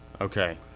Okay